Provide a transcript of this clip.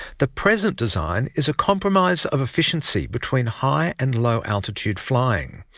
the present design is a compromise of efficiency between high and low altitude flying.